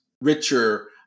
richer